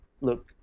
look